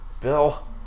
Bill